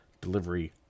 delivery